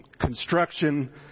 construction